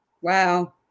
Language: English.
Wow